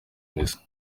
misa